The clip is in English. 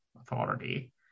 authority